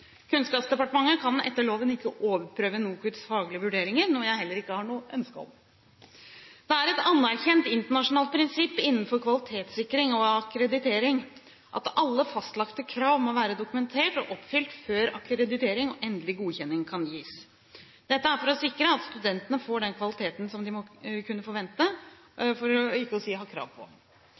Kunnskapsdepartementet kan etter loven ikke overprøve NOKUTs faglige vurderinger, noe jeg heller ikke har noe ønsker om. Det er et anerkjent internasjonalt prinsipp innenfor kvalitetssikring og akkreditering at alle fastlagte krav må være dokumentert og oppfylt før akkreditering og endelig godkjenning kan gis. Dette er for å sikre at studentene får den kvaliteten de må kunne forvente – for ikke å si har krav på.